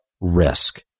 risk